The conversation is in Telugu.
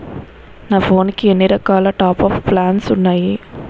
నా ఫోన్ కి ఎన్ని రకాల టాప్ అప్ ప్లాన్లు ఉన్నాయి?